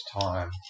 time